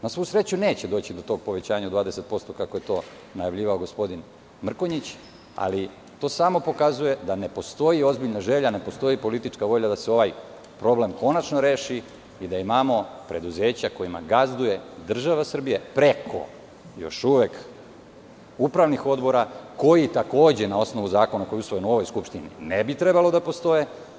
Na svu sreću, neće doći do tog povećanja od 20%, kako je to najavljivao gospodin Mrkonjić, ali to samo pokazuje da ne postoji ozbiljna želja, ne postoji politička volja da se ovaj problem konačno reši i da imamo preduzeća kojima gazduje država Srbija preko, još uvek, upravnih odbora, koji takođe, na osnovu zakona koji je usvojen u ovoj Skupštini, ne bi trebalo da postoje.